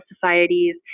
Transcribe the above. societies